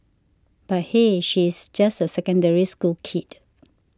but hey she's just a Secondary School kid